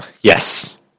Yes